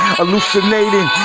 hallucinating